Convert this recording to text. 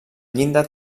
llinda